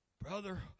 Brother